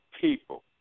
people